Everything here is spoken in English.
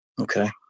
Okay